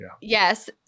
Yes